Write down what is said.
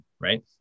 right